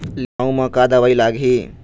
लिमाऊ मे का दवई लागिही?